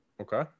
Okay